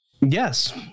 Yes